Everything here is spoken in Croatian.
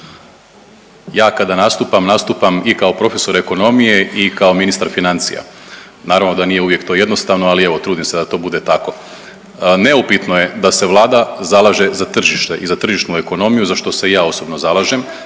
Ja kada nastupam, nastupam i kao profesor ekonomije i kao ministar financija. Naravno da nije uvijek to jednostavno, ali evo trudim se da to nije tako. Neupitno je da se Vlada zalaže za tržište i za tržišnu ekonomiju, za što se ja osobno zalažem,